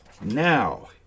Now